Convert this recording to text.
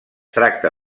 tracta